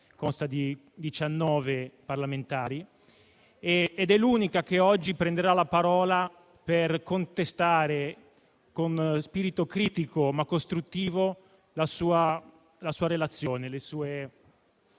composta da 19 parlamentari, l'unica che oggi prenderà la parola per contestare, con spirito critico ma costruttivo, la sua illustrazione di ciò